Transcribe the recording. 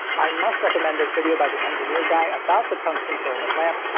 i must recommend this video by the engineer guy about the tungsten filament lamp.